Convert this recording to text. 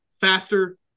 faster